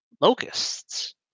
Locusts